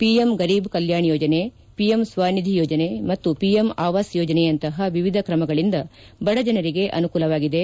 PM Garib Kalyan ಯೋಜನೆ PM Svanidhi ಯೋಜನೆ ಮತ್ತು ಪಿಎಂ ಆವಾಸ್ ಯೋಜನೆಯಂತಹ ವಿವಿಧ ಕ್ರಮಗಳಿಂದ ಬಡಜನರಿಗೆ ಅನುಕೂಲವಾಗಿದೆ